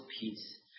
peace